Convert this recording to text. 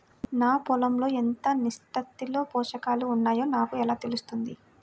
నా పొలం లో ఎంత నిష్పత్తిలో పోషకాలు వున్నాయో నాకు ఎలా తెలుస్తుంది?